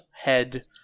head